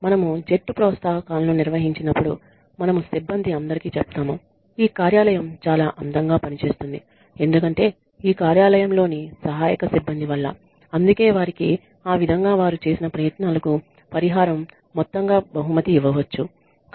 మనము జట్టు ప్రోత్సాహకాలను నిర్వహించినప్పుడు మనము సిబ్బంది అందరికీ చెప్తాము ఈ కార్యాలయం చాలా అందంగా పనిచేస్తోంది ఎందుకంటే ఈ కార్యాలయంలోని సహాయక సిబ్బంది వల్ల అందుకే వారికి ఆ విధంగా వారు చేసిన ప్రయత్నాలకు పరిహారం మొత్తంగా బహుమతి ఇవ్వవచ్చు